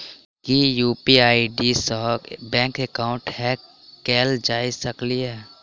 की UPI ID सऽ bank account hack कैल जा सकलिये?